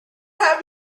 have